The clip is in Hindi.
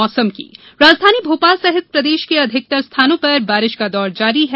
मौसम राजधानी भोपाल सहित प्रदेश के अधिकतर स्थानों पर बारिश का दौर जारी है